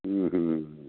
हम्म हम्म